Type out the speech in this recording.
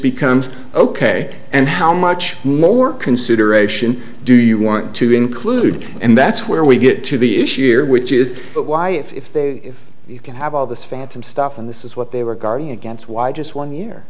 becomes ok and how much more consideration do you want to include and that's where we get to the issue here which is why if they can have all this phantom stuff and this is what they were guarding against why just one year